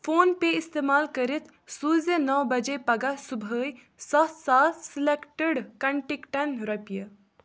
phone پیٚے اِستعمال کٔرِتھ سوٗززِ نَو بجے پگاہ صُبحٲے سَتھ ساس سِلیکٹِڈ کنٹِکٹَن رۄپیہِ